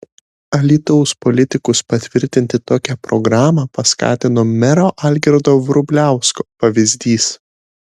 alytaus politikus patvirtinti tokią programą paskatino mero algirdo vrubliausko pavyzdys